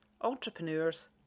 entrepreneurs